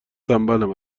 تنبلم